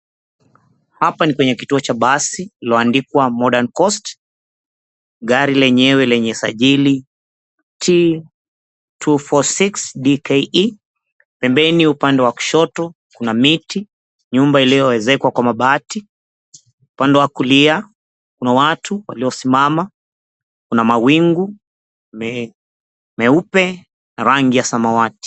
Hapa ni penye kituo cha basi lililoandikwa MODERN COAST. Gari lenyewe lenye usajili T 246 DKE. Pembeni upande wa kushoto kuna miti, nyumba iliyoezekwa kwa mabati. Upande wa kulia kuna watu waliosimama, kuna mawingu meupe na rangi ya samawati.